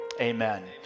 amen